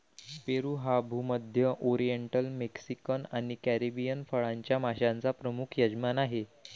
पेरू हा भूमध्य, oriental, Mexican आणि कॅरिबियन फळांच्या माश्यांचा प्रमुख यजमान आहे